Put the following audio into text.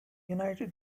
united